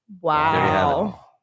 Wow